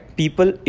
people